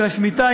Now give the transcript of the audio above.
של השמיטה,